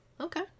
okay